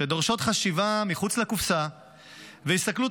שדורשות חשיבה מחוץ לקופסה והסתכלות